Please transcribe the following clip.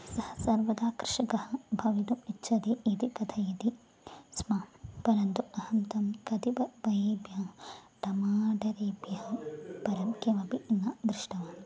सः सर्वदा कृषकः भवितुम् इच्छति इति कथयति स्म परन्तु अहं तं कतिपयेभ्यः पयेभ्यः टमाटरेभ्यः परं किमपि न दृष्टवान्